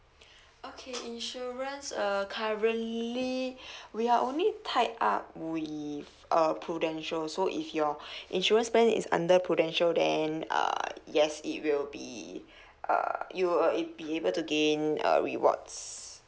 okay insurance uh currently we are only tied up with uh prudential so if your insurance plan is under prudential then uh yes it will be err you will be able to gain uh rewards